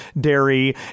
dairy